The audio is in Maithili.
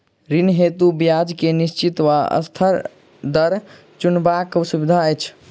ऋण हेतु ब्याज केँ निश्चित वा अस्थिर दर चुनबाक सुविधा अछि